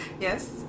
Yes